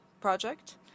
project